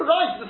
Right